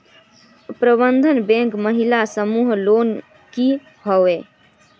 प्रबंधन बैंक महिला समूह लोन की होय?